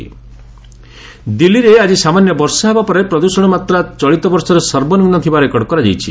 Delhi air quality ଦିଲ୍ଲୀରେ ଆଜି ସାମାନ୍ୟ ବର୍ଷା ହେବା ପରେ ପ୍ରଦୃଷଣ ମାତ୍ରା ଚଳିତ ବର୍ଷରେ ସର୍ବନିମ୍ନ ଥିବା ରେକର୍ଡ କରାଯାଇଛି